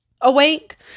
awake